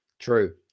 True